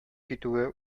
китүе